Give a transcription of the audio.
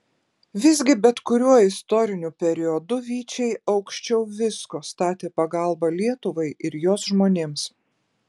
visgi bet kuriuo istoriniu periodu vyčiai aukščiau visko statė pagalbą lietuvai ir jos žmonėms